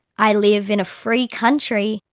i live in a free country,